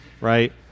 right